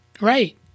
Right